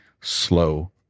slow